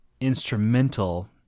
instrumental